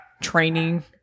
training